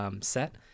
set